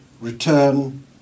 return